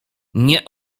nie